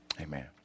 Amen